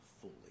fully